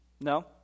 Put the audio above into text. No